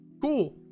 cool